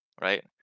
right